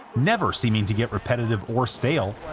never seeming to get repetitive or stale,